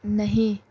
نہیں